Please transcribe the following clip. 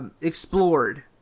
explored